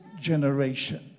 generation